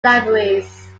libraries